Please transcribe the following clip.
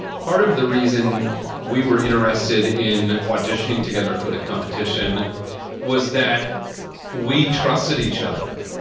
part of the reason we were interested in auditioning together for the competition was that we trusted each other,